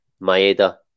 Maeda